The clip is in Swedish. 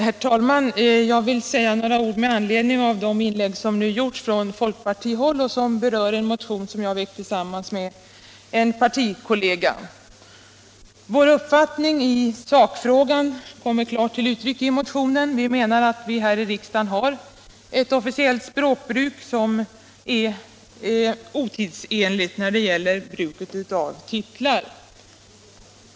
Herr talman! Jag vill säga några ord med anledning av de inlägg som nu gjorts från folkpartihåll och som berör en motion som jag väckt tillsammans med en partikollega. Vår uppfattning i sakfrågan kommer klart till uttryck i motionen. Vi menar att vi här i riksdagen har ett officiellt språkbruk som är otidsenligt när det gäller bruket av titlar.